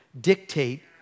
dictate